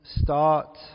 start